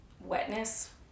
Wetness